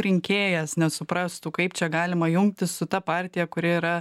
rinkėjas nesuprastų kaip čia galima jungtis su ta partija kuri yra